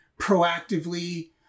proactively